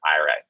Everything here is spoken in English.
IRA